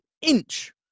inch